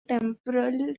temporal